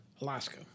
Alaska